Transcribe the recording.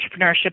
entrepreneurship